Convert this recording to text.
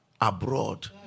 abroad